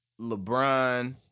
LeBron